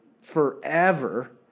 forever